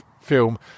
film